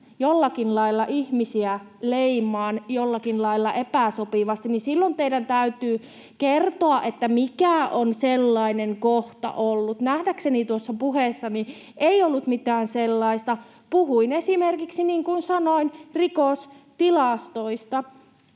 jollakin lailla leimaan ihmisiä epäsopivasti, niin silloin teidän täytyy kertoa, mikä on sellainen kohta ollut. Nähdäkseni tuossa puheessani ei ollut mitään sellaista. Puhuin esimerkiksi, niin kuin sanoin, rikostilastoista.